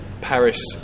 Paris